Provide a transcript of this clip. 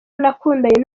nakundanye